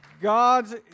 God's